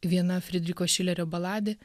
viena fridricho šilerio baladė